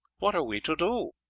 what are we to do?